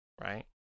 right